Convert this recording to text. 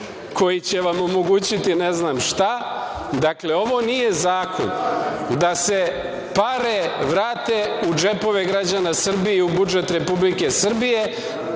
koji će vam omogućiti ne znam šta. Dakle, ovo nije zakon da se pare vrate u džepove građana Srbije i u budžet Republike Srbije.